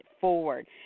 forward